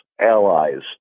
allies